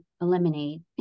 eliminate